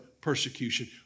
persecution